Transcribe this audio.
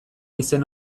izen